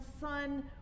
son